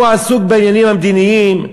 הוא עסוק בעניינים המדיניים,